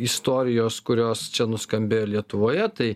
istorijos kurios čia nuskambėjo lietuvoje tai